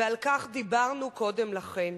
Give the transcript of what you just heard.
ועל כך דיברנו קודם לכן.